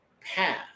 path